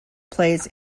plays